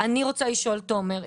אני רוצה לשאול תומר,